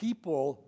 People